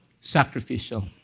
sacrificial